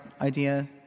idea